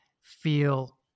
feel